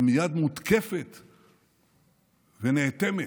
שמייד מותקפת ונאטמת,